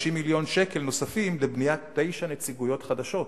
מיליון שקל נוספים לבניית תשע נציגויות חדשות,